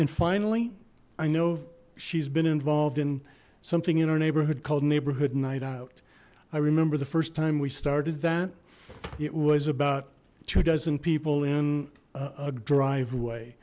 and finally i know she's been involved in something in our neighborhood called neighborhood night out i remember the first time we started that it was about two dozen people in a driveway